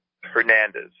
Hernandez